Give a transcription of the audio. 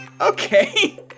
Okay